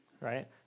right